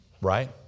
Right